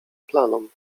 planom